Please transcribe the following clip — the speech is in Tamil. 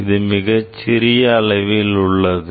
இது சிறிய அளவில் உள்ளது